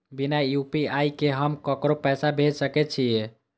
बिना यू.पी.आई के हम ककरो पैसा भेज सके छिए?